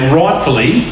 rightfully